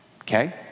Okay